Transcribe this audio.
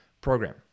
program